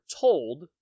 told